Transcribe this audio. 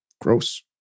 Gross